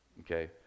okay